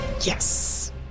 Yes